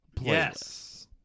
yes